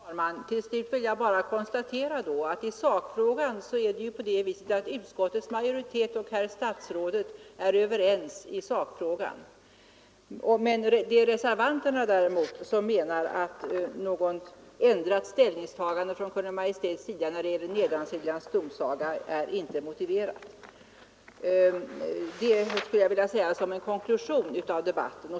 Herr talman! Till slut vill jag bara konstatera att utskottets majoritet och herr statsrådet är överens i sakfrågan. Däremot menar reservanterna att något ändrat ställningstagande från Kungl. Maj:ts sida när det gäller Nedansiljans domsaga inte är motiverat. Detta skulle jag vilja säga som en konklusion av debatten.